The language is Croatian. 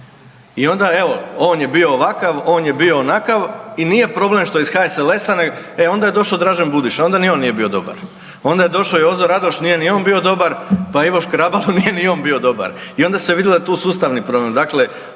I onda evo on je bio ovakav, on je bio onakav i nije problem što je iz HSLS-a. E onda je došao Dražen Budiša, onda ni on nije bio dobar. Onda je došao Jozo Radoš, nije ni on bio dobar. Pa Ivo Škrabalo nije ni on bio dobar. I onda se vidjelo da je tu sustavni problem.